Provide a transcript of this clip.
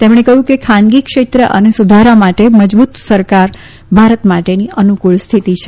તેમણે કહયું કે ખાનગી ક્ષેત્ર અને સુધારા માટે મજબુત સરકાર ભારત માટેની અનુક્રળ સ્થિતિ છે